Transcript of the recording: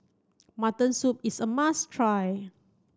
mutton soup is a must try